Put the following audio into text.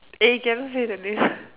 eh cannot say the name